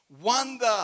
wonder